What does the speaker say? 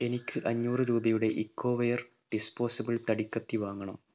എനിക്ക് അഞ്ഞൂറ് രൂപയുടെ ഇക്കോവെയർ ഡിസ്പോസിബിൾ തടി കത്തി വാങ്ങണം